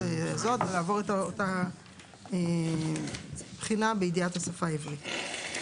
הזאת ולעבור את אותה בחינה בידיעת השפה העברית.